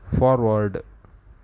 forward